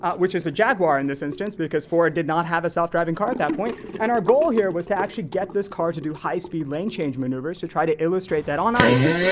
ah which is a jaguar in this instance, because ford did not have a self-driving car at that point. and our goal here was to actually get this car to do high speed lane change maneuvers, to try to illustrate that on ice.